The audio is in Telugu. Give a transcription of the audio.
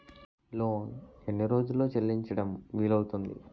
లోన్ ఎన్ని రోజుల్లో చెల్లించడం వీలు అవుతుంది?